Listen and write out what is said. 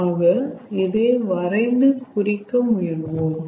ஆக இதை வரைந்து குறிக்க முயல்வோம்